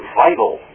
vital